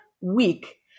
week